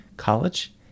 college